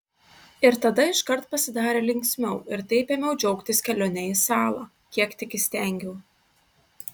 ir tada iškart pasidarė linksmiau ir taip ėmiau džiaugtis kelione į salą kiek tik įstengiau